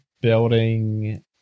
building